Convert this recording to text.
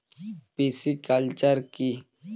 Pisciculture কি?